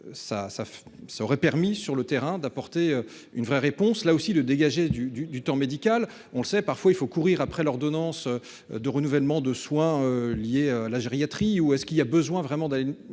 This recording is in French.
ça aurait permis sur le terrain d'apporter une vraie réponse là aussi de dégager du du du temps médical on s'est parfois il faut courir après l'ordonnance de renouvellement de soins liés la gériatrie ou est-ce qu'il y a besoin vraiment d'aller